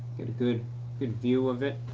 get a good good view of it.